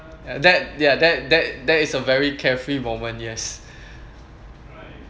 that ya that that that is a very carefree moment yes